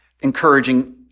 encouraging